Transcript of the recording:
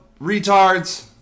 retards